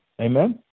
amen